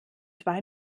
zwar